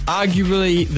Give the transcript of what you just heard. arguably